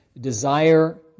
Desire